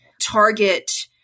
target